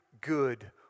good